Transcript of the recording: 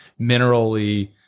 minerally